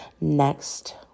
next